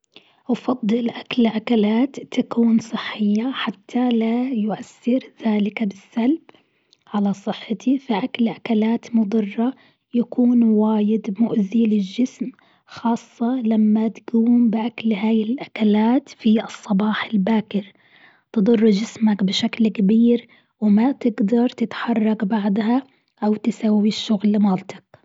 أفضل أكل أكلات تكون صحية حتى لا يؤثر ذلك بالسلب على صحتي، فأكل أكلات مضرة يكون واجد مؤذي للجسم خاصة لما تقوم بأكل هاي الأكلات في الصباح الباكر تضر جسمك بشكل كبير وما تقدر تتحرك بعدها أو تسوي الشغل مالتك.